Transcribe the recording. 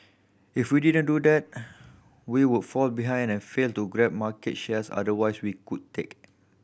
if we didn't do that we would fall behind and fail to grab market shares otherwise we could take